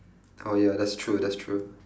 oh ya that's true that's true